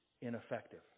ineffective